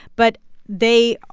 but they,